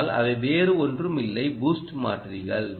ஆனால் அவை வேறு ஒன்றும் இல்லை பூஸ்ட் மாற்றிகள்